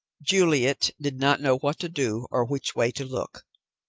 juliet did not know what to do or which way to look.